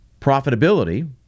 profitability